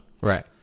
Right